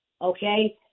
okay